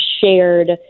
shared